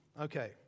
Okay